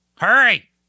Hurry